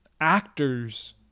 actors